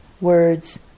words